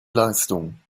leistung